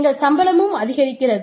எங்கள் சம்பளமும் அதிகரிக்கிறது